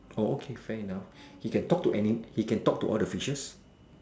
oh okay fair enough he can talk to any he can talk to all the fishes